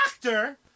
doctor